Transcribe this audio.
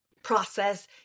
process